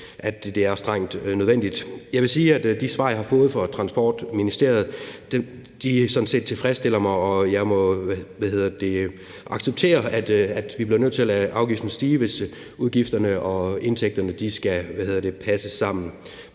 at det er strengt nødvendigt. Jeg vil sige, at de svar, jeg har fået fra Transportministeriet, sådan set tilfredsstiller mig, og jeg må acceptere, at vi bliver nødt til at lade afgiften stige, hvis udgifterne og indtægterne skal passe sammen.